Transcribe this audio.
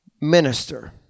Minister